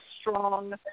strong